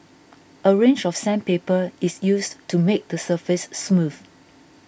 a range of sandpaper is used to make the surface smooth